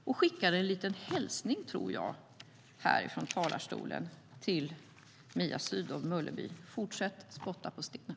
Jag skickar en liten hälsning härifrån talarstolen till Mia Sydow Mölleby: Fortsätt att spotta på stenen!